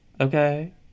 Okay